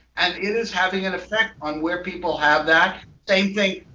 and it is having an effect on where people have that. same thing,